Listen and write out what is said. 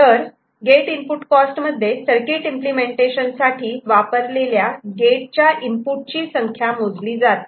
तर gate input cost मध्ये circuit implementation साठी वापरलेल्या गेट च्या इनपुट ची संख्या मोजली जाते